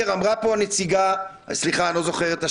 אמרה פה הנציגה סליחה, אני לא זוכר את השם,